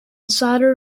solder